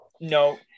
No